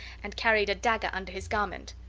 and carried a dagger under his garment.